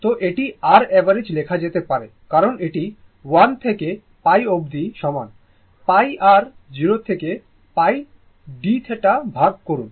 তো এটি r average লেখা যেতে পারে কারণ এটি 1 থেকে π অব্দি সমান π আর 0 থেকে π dθ ভাগ করুন